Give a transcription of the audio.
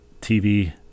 TV